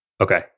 Okay